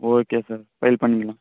okay sir file பண்ணிக்கலாம்